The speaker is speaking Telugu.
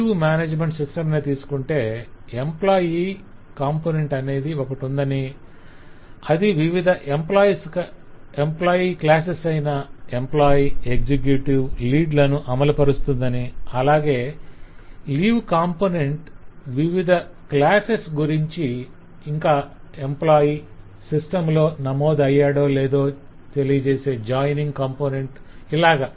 లీవ్ మ్యానేజ్మెంట్ సిస్టమ్ నే తీసుకొంటే ఎంప్లాయ్ కాంపొనెంట్ అనేది ఒకటుందనీ అది వివిధ ఎంప్లాయ్ క్లాసెస్ అయిన ఎంప్లాయ్ ఎగ్జిక్యూటివ్ లీడ్ లను అమలుపరుస్తుందని అలాగే లీవ్ కాంపొనెంట్ వివిధ లీవ్ క్లాసెస్ గురించి ఇంకా ఎంప్లాయ్ సిస్టమ్ లో నమోదు అయ్యాడో తెలియజేసే జాయినింగ్ కాంపొనెంట్ ఇలాగ